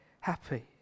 happy